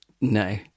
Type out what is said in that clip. No